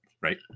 right